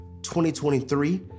2023